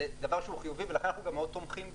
זה דבר שהוא חיובי ולכן אנחנו גם מאוד תומכים בו,